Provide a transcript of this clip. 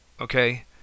okay